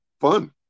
fun